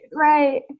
Right